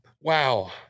wow